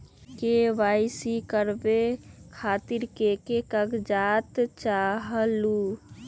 KYC करवे खातीर के के कागजात चाहलु?